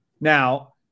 Now